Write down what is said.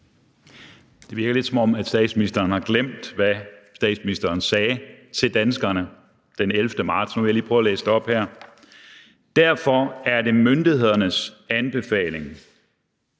Det virker lidt, som om statsministeren har glemt, hvad statsministeren sagde til danskerne den 11. marts. Nu vil jeg lige prøve at læse det op her: »Derfor er det myndighedernes anbefaling,